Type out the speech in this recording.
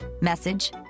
message